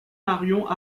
marion